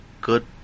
good